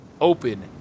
open